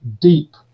deep